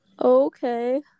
Okay